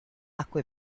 acque